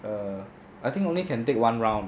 err I think only can take one round